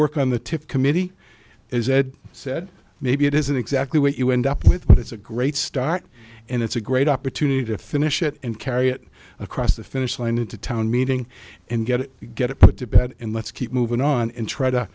work on the tip committee as ed said maybe it isn't exactly what you end up with but it's a great start and it's a great opportunity to finish it and carry it across the finish line into town meeting and get it get it put to bed and let's keep moving on and try to